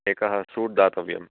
एकः सूट् दातव्यम्